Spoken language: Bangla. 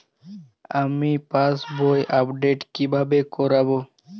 আমি পাসবই আপডেট কিভাবে করাব?